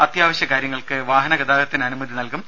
അത്യാവശ്യ കാര്യങ്ങൾക്ക് വാഹന ഗതാഗതത്തിന് അനുമതി നൽകും